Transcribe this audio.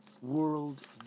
world